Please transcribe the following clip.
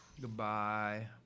Goodbye